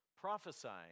prophesying